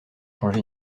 changer